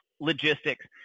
logistics